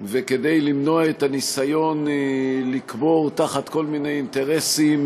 וכדי למנוע את הניסיון לקבור תחת כל מיני אינטרסים